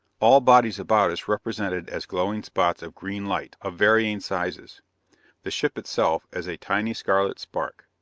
all bodies about us represented as glowing spots of green light, of varying sizes the ship itself as a tiny scarlet spark.